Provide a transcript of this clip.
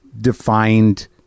defined